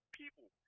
people